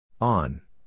On